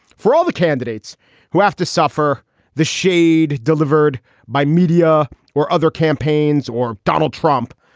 for all the candidates who have to suffer the shade delivered by media or other campaigns or donald trump,